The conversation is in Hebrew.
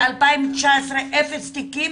ב-2019 אפס תיקים,